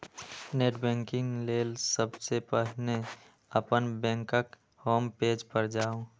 net banking लेल सबसं पहिने अपन बैंकक होम पेज पर जाउ